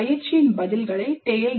பயிற்சியின் பதில்களை tale